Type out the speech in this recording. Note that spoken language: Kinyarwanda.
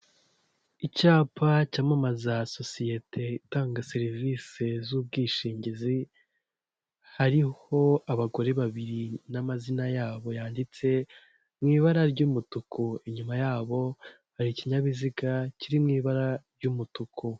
Icyapa cyamamaza sosiyete itanga serivisi z'ubwishingizi, hariho abagore babiri n'amazina yabo yanditse mu ibara ry'umutuku, inyuma yabo hari ikinyabiziga kiri mu ibara ry'umutuku.